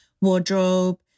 wardrobe